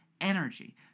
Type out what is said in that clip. energy